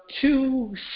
two